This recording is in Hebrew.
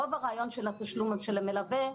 רוב הרעיון של התשלום של המלווה,